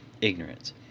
ignorance